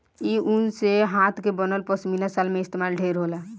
इ ऊन से हाथ के बनल पश्मीना शाल में इस्तमाल ढेर होला